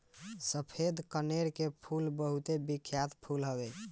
सफ़ेद कनेर के फूल बहुते बिख्यात फूल हवे